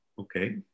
Okay